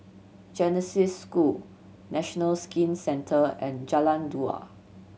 Genesis School National Skin Centre and Jalan Dua